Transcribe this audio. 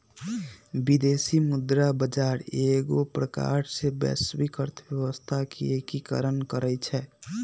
विदेशी मुद्रा बजार एगो प्रकार से वैश्विक अर्थव्यवस्था के एकीकरण करइ छै